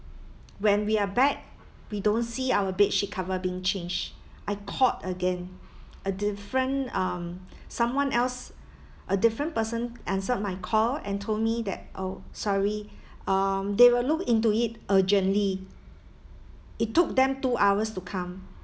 when we are back we don't see our bedsheet cover being changed I called again a different um someone else a different person answered my call and told me that oh sorry um they will look into it urgently it took them two hours to come